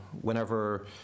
whenever